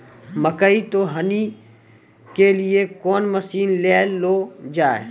मकई तो हनी के लिए कौन मसीन ले लो जाए?